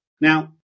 Now